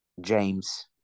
James